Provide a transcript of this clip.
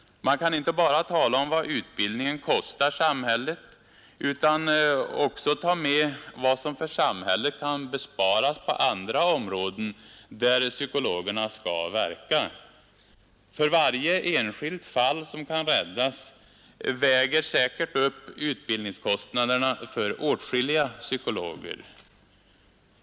Man kan inte bara tala om vad utbildningen kostar samhället utan att också ta med vad som för samhället kan besparas på andra områden, där psykologerna skall verka. Varje enskilt fall som kan räddas väger säkert upp utbildningskostnaderna för åtskilliga psykologer.